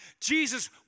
Jesus